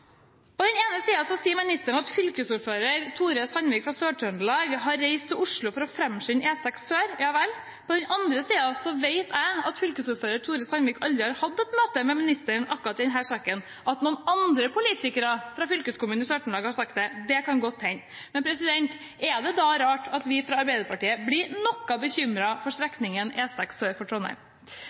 På den ene siden sier ministeren at fylkesordfører Tore Sandvik fra Sør-Trøndelag har reist til Oslo for å framskynde E6 sør. På den andre siden vet jeg at fylkesordfører Tore Sandvik aldri har hatt møte med ministeren akkurat i denne saken. At noen andre politikere fra fylkeskommunen i Sør-Trøndelag har sagt det, kan godt hende, men er det da rart at vi fra Arbeiderpartiet blir noe bekymret for strekningen E6 sør for Trondheim?